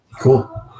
Cool